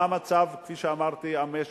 מה המצב במשק,